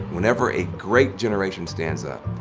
whenever a great generation stands up,